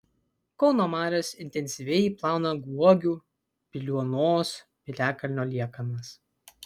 kauno marios intensyviai plauna guogių piliuonos piliakalnio liekanas